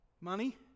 money